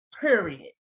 period